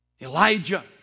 Elijah